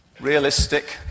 realistic